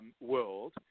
world